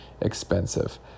expensive